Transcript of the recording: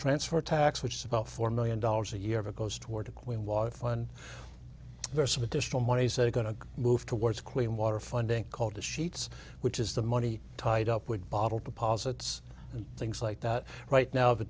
transfer tax which is about four million dollars a year of a goes toward the queen was fun there are some additional monies that are going to move towards clean water funding called the sheets which is the money tied up with bottled deposits and things like that right now the